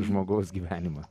žmogaus gyvenimą